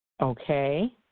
Okay